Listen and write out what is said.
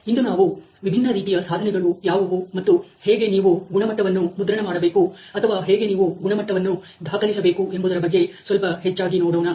ಇಂದು ನಾವು ವಿಭಿನ್ನ ರೀತಿಯ ಸಾಧನೆಗಳು ಯಾವುವು ಮತ್ತು ಹೇಗೆ ನೀವು ಗುಣಮಟ್ಟವನ್ನು ಮುದ್ರಣ ಮಾಡಬೇಕು ಅಥವಾ ಹೇಗೆ ನೀವು ಗುಣಮಟ್ಟವನ್ನು ದಾಖಲಿಸಬೇಕು ಎಂಬುದರ ಬಗ್ಗೆ ಸ್ವಲ್ಪ ಹೆಚ್ಚಾಗಿ ನೋಡೋಣ